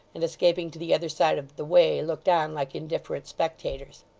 and, escaping to the other side of the way, looked on like indifferent spectators.